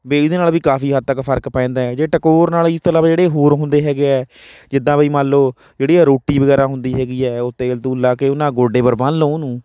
ਵੀ ਇਹਦੇ ਨਾਲ ਵੀ ਕਾਫੀ ਹੱਦ ਤੱਕ ਫਰਕ ਪੈਂਦਾ ਜੇ ਟਕੋਰ ਨਾਲ ਇਸ ਤੋਂ ਇਲਾਵਾ ਜਿਹੜੇ ਹੋਰ ਹੁੰਦੇ ਹੈਗੇ ਹੈ ਜਿੱਦਾਂ ਬਈ ਮੰਨ ਲਓ ਜਿਹੜੀਆਂ ਰੋਟੀ ਵਗੈਰਾ ਹੁੰਦੀ ਹੈਗੀ ਆ ਉਹ ਤੇਲ ਤੂਲ ਲਾ ਕੇ ਉਹ ਨਾ ਗੋਡੇ ਪਰ ਬੰਨ੍ਹ ਲਓ ਉਹਨੂੰ